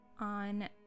On